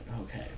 okay